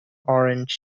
orange